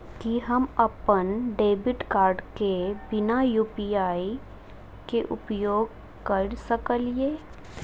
की हम अप्पन debit card केँ बिना यु.पी.आई केँ उपयोग करऽ सकलिये?